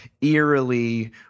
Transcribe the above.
eerily